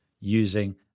using